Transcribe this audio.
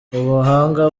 ubuhanga